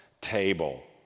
table